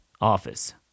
office